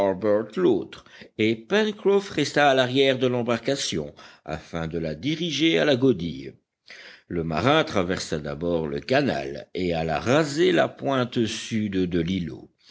l'autre et pencroff resta à l'arrière de l'embarcation afin de la diriger à la godille le marin traversa d'abord le canal et alla raser la pointe sud de l'îlot